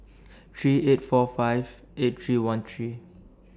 three eight four five eight three one three